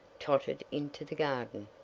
tottered into the garden,